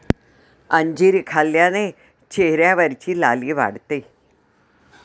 अंजीर खाल्ल्याने चेहऱ्यावरची लाली वाढते